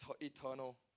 eternal